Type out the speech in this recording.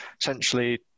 essentially